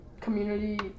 community